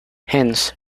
hence